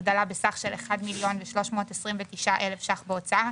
הגדלה בסך של 1,329,000 ₪ בהוצאה,